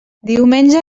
diumenge